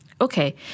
Okay